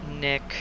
nick